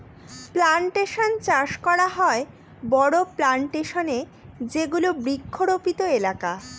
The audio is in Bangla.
প্লানটেশন চাষ করা হয় বড়ো প্লানটেশনে যেগুলো বৃক্ষরোপিত এলাকা